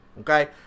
Okay